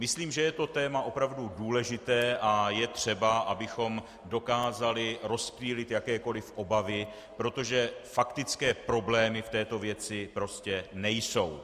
Myslím, že je to téma opravdu důležité a je třeba, abychom dokázali rozptýlit jakékoli obavy, protože faktické problémy v této věci prostě nejsou.